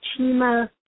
Chima